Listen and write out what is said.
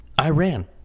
Iran